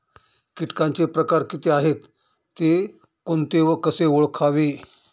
किटकांचे प्रकार किती आहेत, ते कोणते व कसे ओळखावे?